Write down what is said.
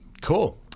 cool